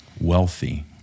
wealthy